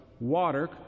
water